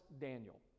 Daniel